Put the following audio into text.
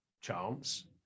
chance